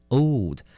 old